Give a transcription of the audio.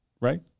right